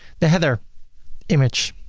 the header image,